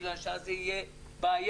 בגלל שאז תהיה בעיה.